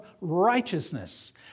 righteousness